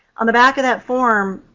on the back of that form,